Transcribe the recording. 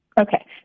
Okay